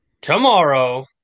tomorrow